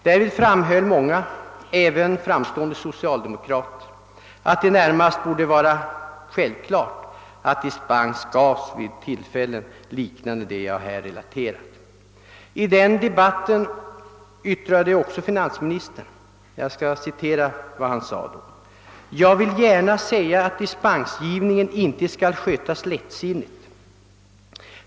: Därvid framhöll många, även framstående socialdemokrater, att det närmast borde vara självklart att dispens gavs vid tillfällen liknande det jag här relaterat. I den debatten yttrade också finansministern: »Jag vill gärna säga att dispensgivningen inte skall skötas lättsinnigt.